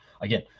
again